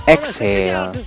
Exhale